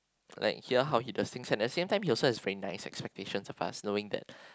like hear how he does things and at the same time he also have very nice expectations of us knowing that